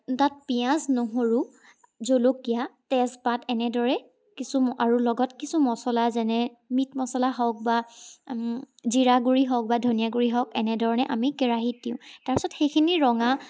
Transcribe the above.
তাত পিঁয়াজ নহৰু জলকীয়া তেজপাত এনেদৰে কিছু আৰু লগত কিছু মছলা যেনে মিট মছলা হওক বা জিৰা গুড়ি হওক বা ধনিয়া গুড়ি হওক এনেধৰণে আমি কেৰাহিত দিওঁ তাৰপাছত সেইখিনি ৰঙা